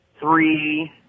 three